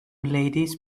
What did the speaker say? ladies